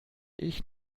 ich